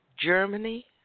Germany